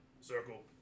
circle